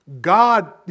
God